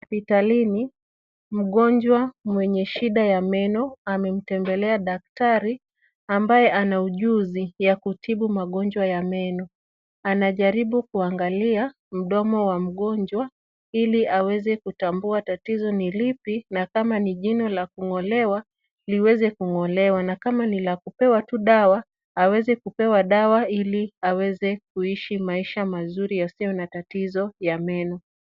Hospitalini, mgonjwa mwenye shida ya meno amemtembelea daktari, ambaye ana ujuzi ya kutibu magonjwa ya meno. Anajaribu kuangalia mdomo wa mgonjwa, ili aweze kutambua tatizo ni lipi na kama ni jino la kung'olewa, liweze kung'olewa na kama ni la kupewa tu dawa, aweze kupewa dawa ili aweze kuishi maisha mazuri, yasiyo na tatizo ya meno.